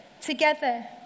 together